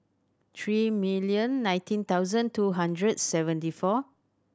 three million nineteen thousand two hundred seventy four